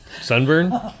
Sunburn